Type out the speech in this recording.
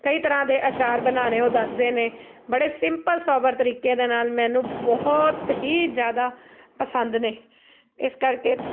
ਕਈ ਤਰ੍ਹਾਂ ਦੇ ਅਚਾਰ ਬਣਾਉਣੇ ਉਹ ਦੱਸਦੇ ਨੇ ਬੜੇ ਸਿੰਪਲ ਸੋਬਰ ਤਰੀਕੇ ਦੇ ਨਾਲ ਮੈਨੂੰ ਬਹੁਤ ਹੀ ਜਿਆਦਾ ਪਸੰਦ ਨੇ ਇਸ ਕਰਕੇ